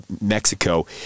Mexico